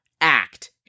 act